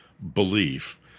belief